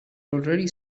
already